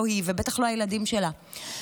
לא היא ובטח לא הילדים שלה.